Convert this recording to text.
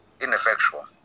ineffectual